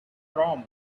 proms